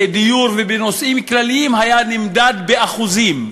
דיור ובנושאים כלליים היה נמדד באחוזים,